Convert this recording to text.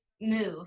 move